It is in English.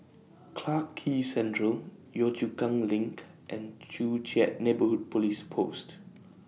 Clarke Quay Central Yio Chu Kang LINK and Joo Chiat Neighbourhood Police Post